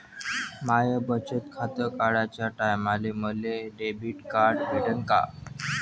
माय बचत खातं काढाच्या टायमाले मले डेबिट कार्ड भेटन का?